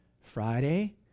Friday